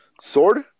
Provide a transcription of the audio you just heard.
Sword